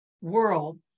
world